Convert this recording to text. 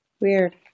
weird